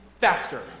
faster